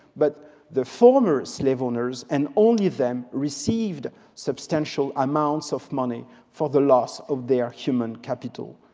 but the former slave owners, and only them, received substantial amounts of money for the loss of their human capital.